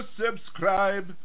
subscribe